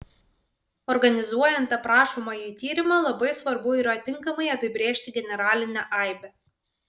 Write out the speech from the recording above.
organizuojant aprašomąjį tyrimą labai svarbu yra tinkamai apibrėžti generalinę aibę